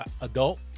Adult